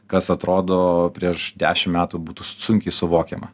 kas atrodo prieš dešimt metų būtų sunkiai suvokiama